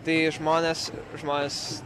tai žmonės žmonės